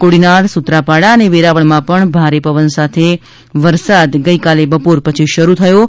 કોડીનાર સુત્રાપાડા અને વેરાવળમાં ભારે પવન સાથે વરસાદ બપોર પછી શરૂ થયો છે